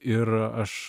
ir aš